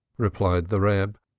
replied the reb,